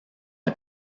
the